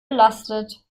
belastet